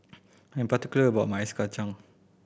I'm particular about my ice kacang